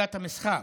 בתחילת המשחק.